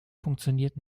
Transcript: funktioniert